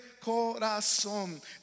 corazón